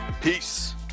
Peace